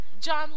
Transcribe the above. John